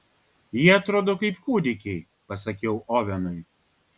jie atrodo kaip kūdikiai pasakiau ovenui